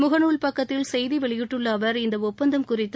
முகநூல் பக்கத்தில் செய்தி வெளியிட்டுள்ள அவர் இந்த ஒப்பந்தம் குறித்து